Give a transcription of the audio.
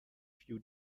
few